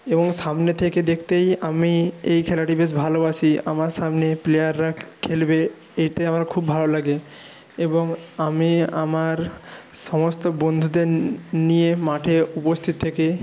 এবং সামনে থেকে দেখতেই আমি এই খেলাটি বেশ ভালোবাসি আমার সামনে প্লেয়াররা খেলবে এতে আমার খুব ভালো লাগে এবং আমি আমার সমস্ত বন্ধুদের নিয়ে মাঠে উপস্থিত থেকে